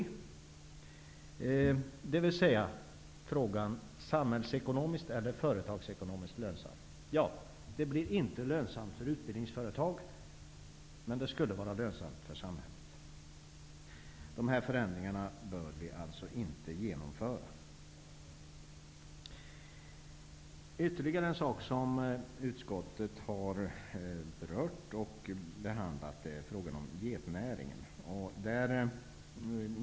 Frågan är alltså om den är samhällsekonomiskt eller företagsekonomiskt lönsam. Svaret är att den inte blir lönsam för utbildningsföretag men att den skulle vara lönsam för samhället. De föreslagna förändringarna bör således inte genomföras. Ytterligare en sak som utskottet har behandlat är getnäringen.